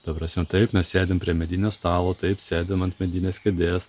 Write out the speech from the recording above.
ta prasme taip mes sėdim prie medinio stalo taip sėdim ant medinės kėdės